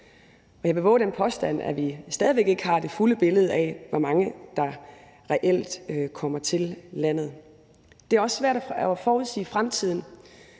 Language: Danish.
jeg vil vove den påstand, at vi stadig væk ikke har det fulde billede af, hvor mange der reelt kommer til landet. Det er også svært at forudsige fremtiden.